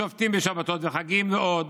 שובתים בשבתות וחגים ועוד.